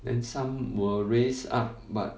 then some will raise up but